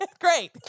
Great